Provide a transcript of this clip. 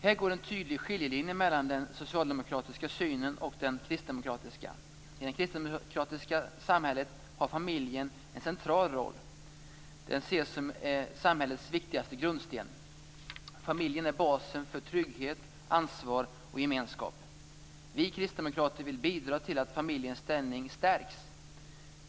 Här går en tydlig skiljelinje mellan den socialdemokratiska synen och den kristdemokratiska. I det kristdemokratiska samhället har familjen en central roll. Den ses som samhällets viktigaste grundsten. Familjen är basen för trygghet, ansvar och gemenskap. Vi kristdemokrater vill bidra till att familjens ställning stärks.